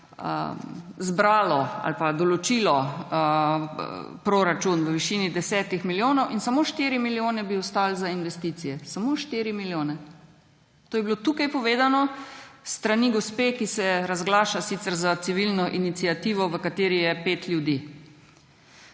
zbralo ali pa določilo proračun v višini 10 milijonov. In samo 4 milijone bi ostalo za investicije, samo 4 milijone. To je bilo tukaj povedano s strani gospe, ki se sicer razglaša za civilno iniciativo, v kateri je 5 ljudi.